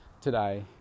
today